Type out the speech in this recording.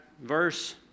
verse